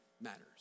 matters